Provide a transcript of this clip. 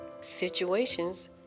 Situations